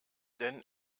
denn